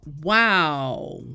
wow